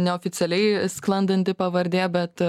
neoficialiai sklandanti pavardė bet